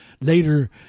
later